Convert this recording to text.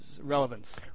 relevance